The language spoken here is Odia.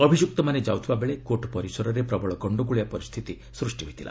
ଅଭିଯ୍ରକ୍ତମାନେ ଯାଉଥିବାବେଳେ କୋର୍ଟ ପରିସରରେ ପ୍ରବଳ ଗଶ୍ତଗୋଳିଆ ପରିସ୍ଥିତି ସୃଷ୍ଟି ହୋଇଥିଲା